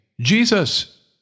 Jesus